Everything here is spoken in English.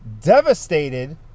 devastated